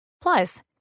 Plus